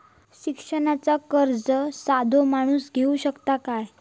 शिक्षणाचा कर्ज साधो माणूस घेऊ शकता काय?